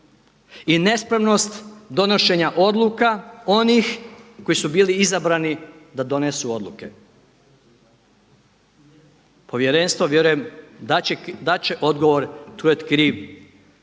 i nespremnost donošenja odluka onih koji su bili izabrani da donesu odluke. Povjerenstvo vjerujem dat će odgovor tko je kriv